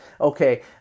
okay